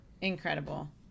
incredible